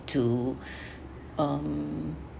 to um